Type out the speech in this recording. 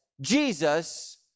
Jesus